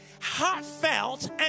heartfelt